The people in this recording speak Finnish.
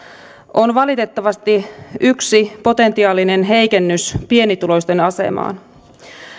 on valitettavasti yksi potentiaalinen heikennys pienituloisten asemaan